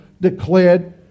declared